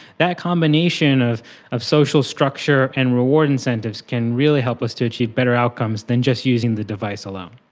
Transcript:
that combination of of social structure and reward incentives can really help us to achieve better outcomes than just using the device alone.